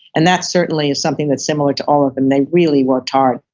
and that certainly is something that's similar to all of them. they really worked hard.